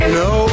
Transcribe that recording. no